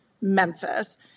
Memphis